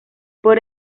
por